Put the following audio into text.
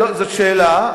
זאת שאלה.